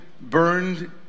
burned